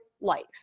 life